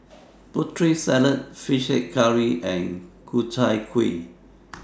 Putri Salad Fish Head Curry and Ku Chai Kuih